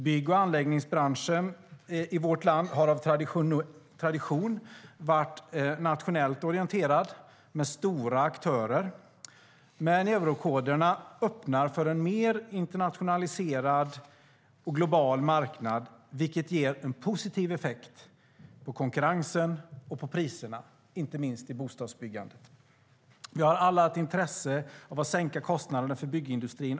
Bygg och anläggningsbranschen i vårt land har av tradition varit nationellt orienterad med stora aktörer. Eurokoderna öppnar dock för en mer internationaliserad och global marknad, vilket ger en positiv effekt på konkurrensen och på priserna, inte minst i bostadsbyggandet. Vi har alla ett intresse av att sänka kostnaderna för byggindustrin.